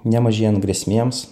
nemažėjant grėsmėms